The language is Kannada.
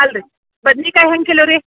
ಅಲ್ರಿ ಬದ್ನೆಕಾಯ್ ಹೆಂಗೆ ಕಿಲೋ ರೀ